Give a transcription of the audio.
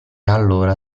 allora